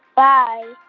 bye